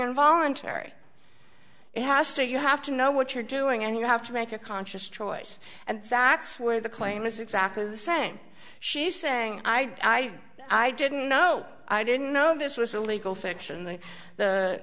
involuntary it has to you have to know what you're doing and you have to make a conscious choice and facts where the claim is exactly the same she's saying i i didn't know i didn't know this was a legal fiction